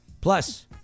Plus